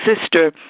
sister